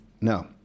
no